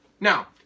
Now